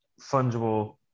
fungible